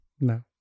No